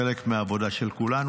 חלק מהעבודה של כולנו.